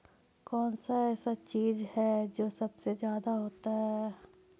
कौन सा ऐसा चीज है जो सबसे ज्यादा होता है?